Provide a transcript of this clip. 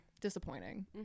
disappointing